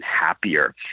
happier